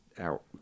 out